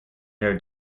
their